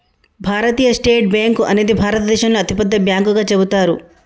భారతీయ state bank అనేది భారతదేశంలోనే అతిపెద్ద బ్యాంకుగా చెబుతారు